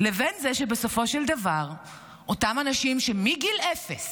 לבין זה שבסופו של דבר אותם אנשים מגיל אפס,